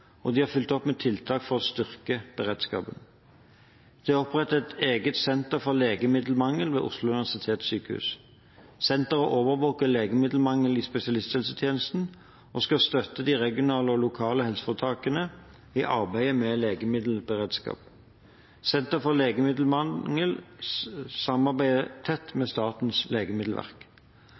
og de har fulgt opp med flere tiltak for å styrke beredskapen. Det er opprettet et eget senter for legemiddelmangel ved Oslo universitetssykehus. Senteret overvåker legemiddelmangel i spesialisthelsetjenesten og skal støtte de regionale og lokale helseforetakene i arbeidet med legemiddelberedskap. Senteret for legemiddelmangel samarbeider tett med Statens legemiddelverk.